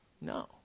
No